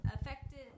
Affected